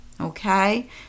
Okay